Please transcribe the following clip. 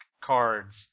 cards